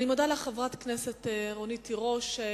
אני מודה לך, חברת הכנסת רונית תירוש.